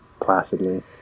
placidly